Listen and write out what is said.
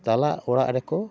ᱛᱟᱞᱟ ᱚᱲᱟᱜ ᱨᱮᱠᱚ